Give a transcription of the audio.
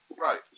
right